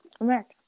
America